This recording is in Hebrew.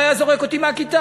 המורה היה זורק אותי מהכיתה